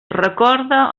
recorda